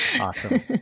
Awesome